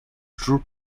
through